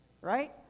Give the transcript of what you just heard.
Right